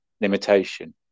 limitation